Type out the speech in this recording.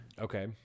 Okay